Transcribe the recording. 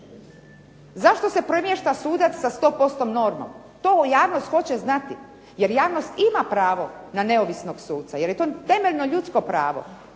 Zašto se premješta sudac sa 100% normom, to javnost hoće znati. Jer javnost ima pravo na neovisnog suca jer je to temeljno ljudsko pravo,